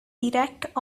erect